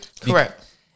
Correct